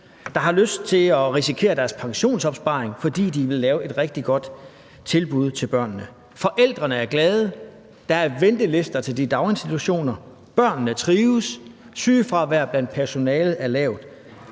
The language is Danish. der har lyst til at risikere deres pensionsopsparing, fordi de vil lave et rigtig godt tilbud til børnene. Forældrene er glade. Der er ventelister til de daginstitutioner. Børnene trives. Sygefravær blandt personalet er lavt.